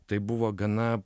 tai buvo gana